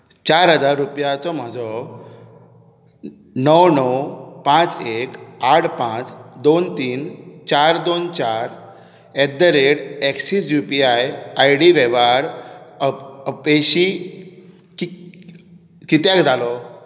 चार हजार रुपयांचो म्हजो णव णव पांच एक आठ पांच दोन तीन चार दोन चार at the rate Axis U P I I D वेव्हार अपेशी कित्याक जालो